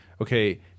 okay